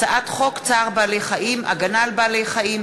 הצעת חוק צער בעלי-חיים (הגנה על בעלי-חיים)